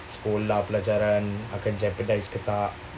sekolah pelajaran akan jeopardise ke tak